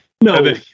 No